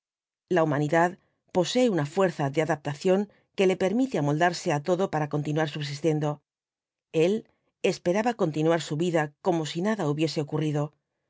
la humanidad posee una fuerza de adaptación que le permite amoldarse á todo para continuar subsistiendo el esperaba continuar su vida como si nada hubiese ocurrido